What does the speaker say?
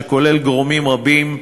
שכולל גורמים רבים,